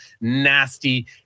nasty